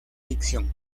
ficción